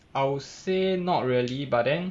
I would say not really but then